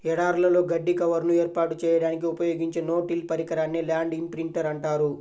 ఎడారులలో గడ్డి కవర్ను ఏర్పాటు చేయడానికి ఉపయోగించే నో టిల్ పరికరాన్నే ల్యాండ్ ఇంప్రింటర్ అంటారు